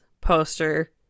poster